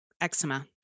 eczema